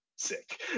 sick